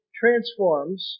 transforms